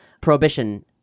prohibition